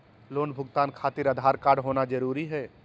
Loan भुगतान खातिर Aadhaar card होना जरूरी है?